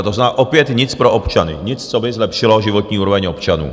To znamená opět nic pro občany, nic, co by zlepšilo životní úroveň občanů.